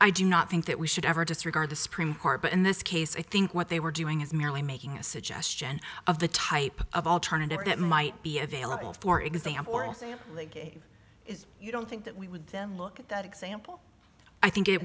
i do not think that we should ever disregard the supreme court but in this case i think what they were doing is merely making a suggestion of the type of alternatives that might be available for example or league is you don't think that we would then look at that example i think it